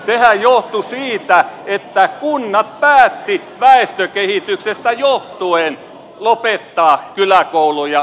sehän johtui siitä että kunnat päättivät väestökehityksestä johtuen lopettaa kyläkouluja lähikouluja